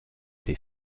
des